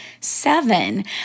seven